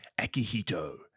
Akihito